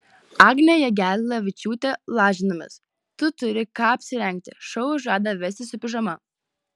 agnė jagelavičiūtė lažinamės tu turi ką apsirengti šou žada vesti su pižama